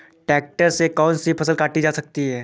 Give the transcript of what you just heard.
Tractor से कौन सी फसल काटी जा सकती हैं?